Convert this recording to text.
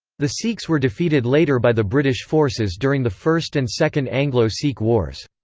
the sikhs were defeated later by the british forces during the first and second anglo-sikh wars.